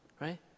right